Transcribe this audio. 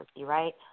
right